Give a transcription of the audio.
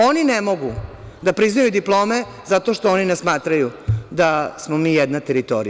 Oni ne mogu da priznaju diplome zato što oni ne smatraju da smo mi jedna teritorija.